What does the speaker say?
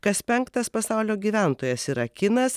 kas penktas pasaulio gyventojas yra kinas